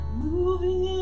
moving